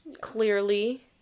clearly